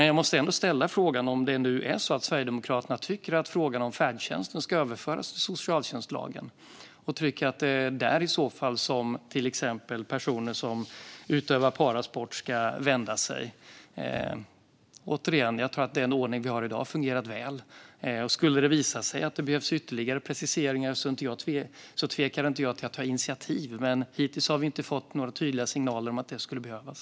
Jag måste ändå få ställa frågan om Sverigedemokraterna tycker att färdtjänsten ska återföras till socialtjänstlagen. Är det dit personer som exempelvis utövar parasport ska vända sig? Den ordning vi har i dag har fungerat väl. Skulle det visa sig att ytterligare preciseringar behövs tvekar jag inte till att ta initiativ, men hittills har vi inte fått några tydliga signaler om att det skulle behövas.